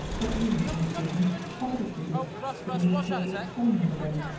but even on occasions pocketed the gifts for the mere purpose of selling them again.